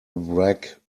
wreck